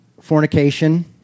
fornication